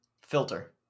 Filter